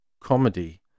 comedy